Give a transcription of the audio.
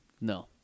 No